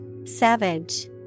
Savage